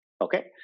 Okay